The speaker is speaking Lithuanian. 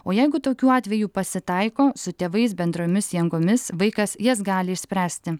o jeigu tokių atvejų pasitaiko su tėvais bendromis jėgomis vaikas jas gali išspręsti